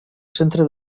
centre